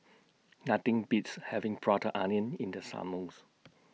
Nothing Beats having Prata Onion in The Summers